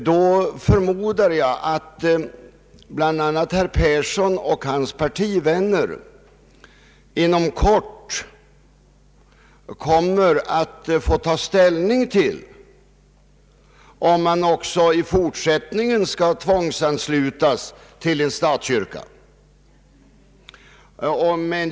Då förmodar jag att herr Persson och hans partivänner inom kort kommer att få ta ställning till om man också i fortsättningen skall tvångsanslutas till en statskyrka.